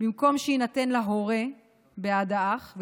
במקום שיינתן להורה בעד האח,